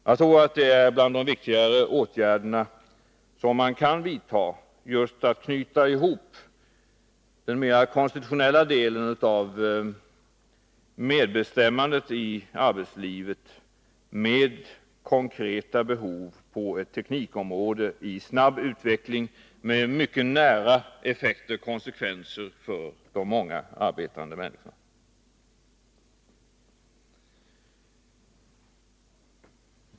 Jag tror att detta är bland de viktigaste åtgärderna som kan vidtas för att knyta ihop den mer konstitutionella delen av medbestämmandet i arbetslivet med konkreta behov på ett teknikområde i snabb utveckling med mycket nära effekter och konsekvenser för de många arbetande människorna.